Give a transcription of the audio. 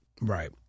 Right